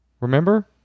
Remember